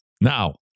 Now